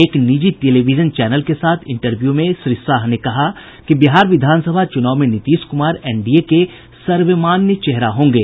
एक निजी television channel के साथ इंटरव्यू में श्री शाह ने कहा कि बिहार विधान सभा चुनाव में नीतीश कुमार एनडीए के सर्वमान्य चेहरा होंगे